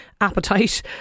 appetite